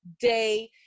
day